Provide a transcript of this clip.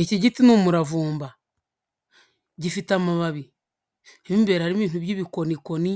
Iki giti ni umuravumba, gifite amababi, mwimbere hari ibintu by'ibikonikoni